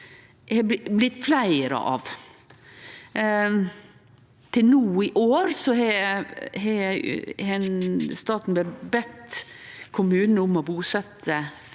det er blitt fleire av. Til no i år har staten bedt kommunane om å busetje